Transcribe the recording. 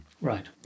Right